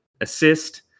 assist